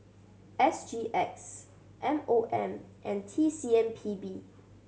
S G X M O M and T C M P B